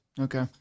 Okay